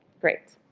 great.